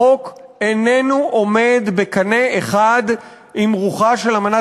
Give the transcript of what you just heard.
החוק איננו עומד בקנה אחד עם רוחה של האמנה